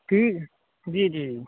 ٹھیک ہے جی جی